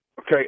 Okay